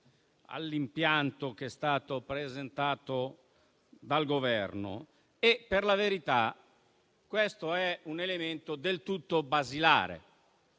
all'impianto che è stato presentato dal Governo. Per la verità questo è un elemento del tutto basilare,